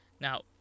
Now